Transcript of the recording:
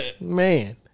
Man